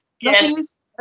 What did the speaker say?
Yes